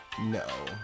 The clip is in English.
No